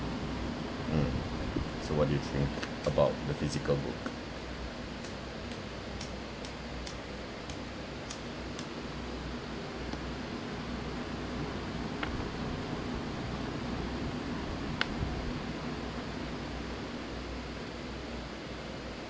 mm so what do you think about the physical book